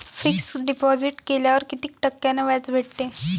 Fix deposit केल्यावर कितीक टक्क्यान व्याज भेटते?